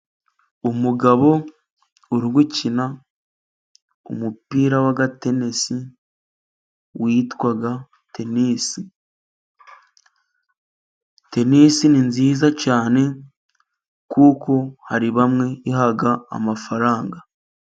Umugabo urigukina umupira wa gatenesi witwa tenisi. Tenisi ni nziza cyane, kuko hari bamwe iha amafaranga.